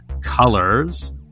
COLORS